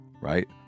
right